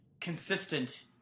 consistent